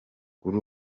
kuri